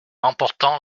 emportant